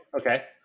Okay